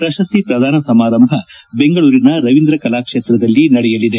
ಪಶಸ್ತಿ ಪ್ರದಾನ ಸಮಾರಂಭ ಬೆಂಗಳೂರಿನ ರವೀಂದ್ರ ಕಲಾ ಕ್ಷೇತ್ರದಲ್ಲಿ ನಡೆಯಲಿದೆ